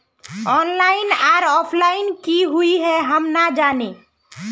Online आर offline की हुई है हम ना जाने?